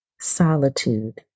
solitude